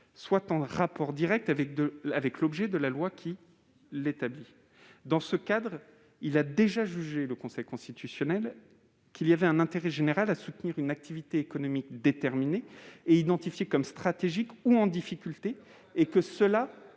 soit en rapport direct avec l'objet de la loi qui l'établit ». Dans ce cadre, le Conseil constitutionnel a déjà jugé qu'il y avait un intérêt général à soutenir une activité économique déterminée et identifiée comme stratégique ou en difficulté, et que cela